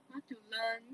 I want to learn